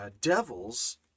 devils